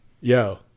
Yo